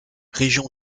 région